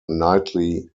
nightly